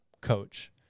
coach